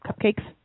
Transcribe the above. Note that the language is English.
cupcakes